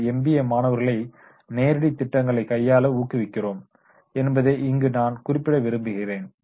எங்கள் எம்பிஏ மாணவர்களை நேரடி திட்டங்களை கையாள ஊக்குவிக்கிறோம் என்பதை இங்கு நான் குறிப்பிட விரும்பிகிறேன்